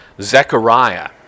Zechariah